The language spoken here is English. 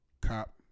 cop